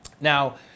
Now